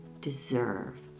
deserve